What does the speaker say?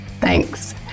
Thanks